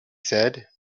said